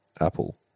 apple